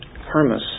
Hermes